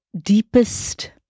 deepest